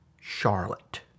Charlotte